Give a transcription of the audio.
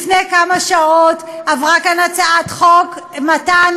לפני כמה שעות עברה כאן הצעת חוק מתן